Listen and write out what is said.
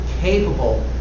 capable